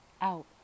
out